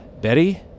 Betty